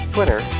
Twitter